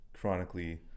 chronically